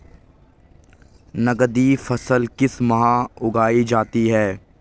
नकदी फसल किस माह उगाई जाती है?